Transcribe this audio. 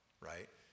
right